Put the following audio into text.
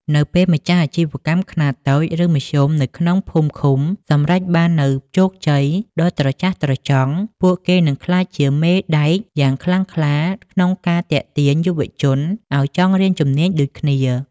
នៅពេលម្ចាស់អាជីវកម្មខ្នាតតូច ឬមធ្យមនៅក្នុងភូមិឃុំសម្រេចបាននូវជោគជ័យដ៏ត្រចះត្រចង់ ពួកគេនឹងក្លាយជាមេដែកយ៉ាងខ្លាំងក្លាក្នុងការទាក់ទាញយុវជនឱ្យចង់រៀនជំនាញដូចគ្នា។